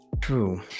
true